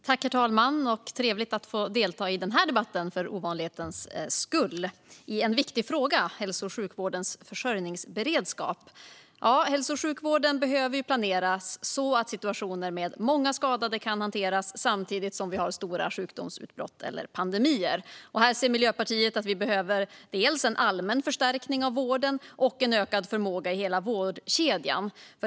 Herr talman! Trevligt att få delta i den här debatten för ovanlighetens skull, i en viktig fråga - hälso och sjukvårdens försörjningsberedskap! Hälso och sjukvården behöver planeras så att situationer med många skadade kan hanteras samtidigt som vi har stora sjukdomsutbrott eller pandemier. Här ser Miljöpartiet att vi behöver dels en allmän förstärkning av vården, dels en ökad förmåga i hela vårdkedjan.